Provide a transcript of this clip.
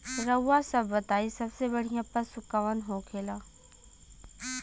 रउआ सभ बताई सबसे बढ़ियां पशु कवन होखेला?